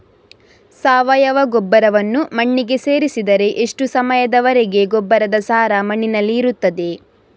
ಸಾವಯವ ಗೊಬ್ಬರವನ್ನು ಮಣ್ಣಿಗೆ ಸೇರಿಸಿದರೆ ಎಷ್ಟು ಸಮಯದ ವರೆಗೆ ಗೊಬ್ಬರದ ಸಾರ ಮಣ್ಣಿನಲ್ಲಿ ಇರುತ್ತದೆ?